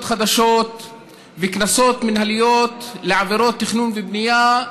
חדשים וקנסות מינהליים בעבירות תכנון ובנייה,